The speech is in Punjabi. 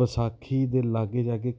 ਵਿਸਾਖੀ ਦੇ ਲਾਗੇ ਜਾਗੇ